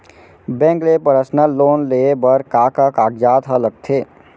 Bank ले personal loan लेये बर का का कागजात ह लगथे?